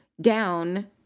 down